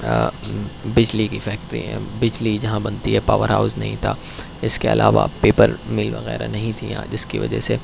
بجلی کی فیکٹری بجلی جہاں بنتی ہے پاورہاؤس نہیں تھا اس کے علاوہ پیپر میل وغیرہ نہیں تھی یہاں جس کی وجہ سے